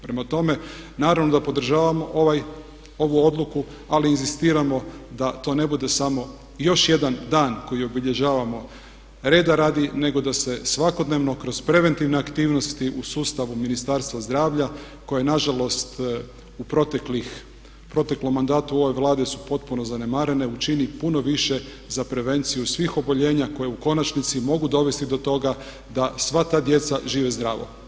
Prema tome, naravno da podržavamo ovu odluku ali inzistiramo da to ne bude samo još jedan dan koji obilježavamo reda radi, nego da se svakodnevno kroz preventivne aktivnosti u sustavu Ministarstva zdravlja koje je na žalost u proteklom mandatu ove Vlade su potpuno zanemarene učini puno više za prevenciju svih oboljenja koje u konačnici mogu dovesti do toga da sva ta djeca žive zdravo.